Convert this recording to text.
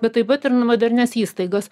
bet taip pat ir modernias įstaigas